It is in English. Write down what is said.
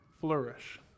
flourish